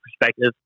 perspective